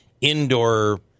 indoor